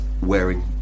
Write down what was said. wearing